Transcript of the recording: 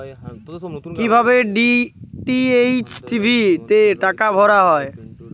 কি ভাবে DTH TV তে টাকা ভরা হয়?